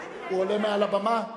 הוא עולה לבמה?